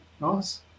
Nice